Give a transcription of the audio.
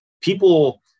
People